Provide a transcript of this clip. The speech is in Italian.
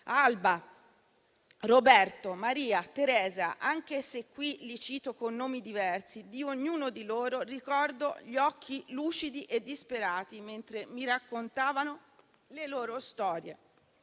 Alba, Roberto, Maria, Teresa, anche se qui li cito con nomi diversi, di ognuno di loro ricordo gli occhi lucidi e disperati mentre mi raccontavano le loro storie.